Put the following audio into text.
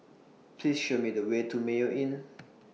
Please Show Me The Way to Mayo Inn